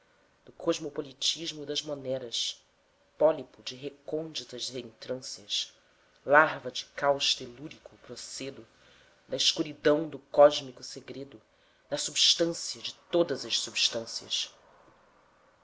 eras do cosmopolitismo das moneras pólipo de recônditas reentrâncias larva de caos telúrico procedo da escuridão do cósmico segredo da substância de todas as substâncias